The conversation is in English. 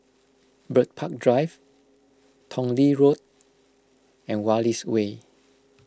Bird Park Drive Tong Lee Road and Wallace Way